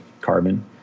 carbon